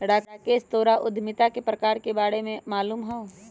राकेश तोहरा उधमिता के प्रकार के बारे में मालूम हउ